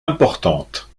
importantes